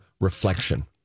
reflection